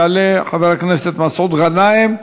יעלה חבר הכנסת מסעוד גנאים,